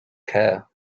care